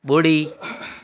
ॿुड़ी